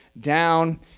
down